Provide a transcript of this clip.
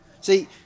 See